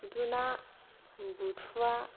खुदुना बुथुआ